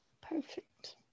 Perfect